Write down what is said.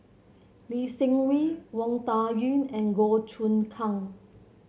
Lee Seng Wee Wang Dayuan and Goh Choon Kang